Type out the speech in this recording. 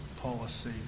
policy